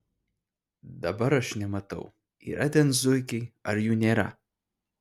dabar aš nematau yra ten zuikiai ar jų nėra